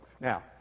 Now